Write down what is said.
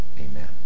Amen